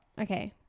Okay